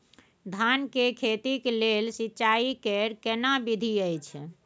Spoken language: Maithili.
धान के खेती के लेल सिंचाई कैर केना विधी अछि?